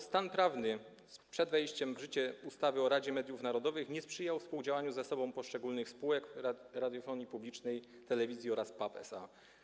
Stan prawny przed wejściem w życie ustawy o Radzie Mediów Narodowych nie sprzyjał współdziałaniu ze sobą poszczególnych spółek publicznej radiofonii i telewizji oraz PAP SA.